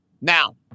Now